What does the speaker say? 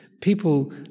people